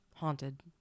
Haunted